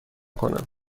کنم